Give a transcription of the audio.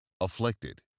Afflicted